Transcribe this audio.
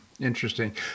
Interesting